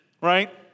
right